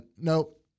nope